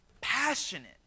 passionate